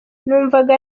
numvaga